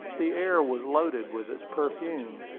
the air was loaded with its perfume,